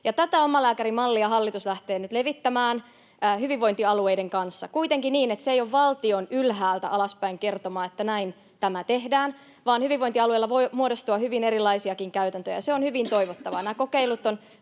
Tätä omalääkärimallia hallitus lähtee nyt levittämään hyvinvointialueiden kanssa, kuitenkin niin, että se ei ole valtion ylhäältä alaspäin kertomaa, että näin tämä tehdään, vaan hyvinvointialueilla voi muodostua hyvin erilaisiakin käytäntöjä, ja se on hyvin toivottavaa. Nämä kokeilut ovat